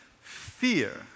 fear